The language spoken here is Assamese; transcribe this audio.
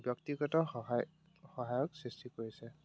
ব্যক্তিগত সহায় সহায়ক সৃষ্টি কৰিছে